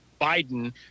Biden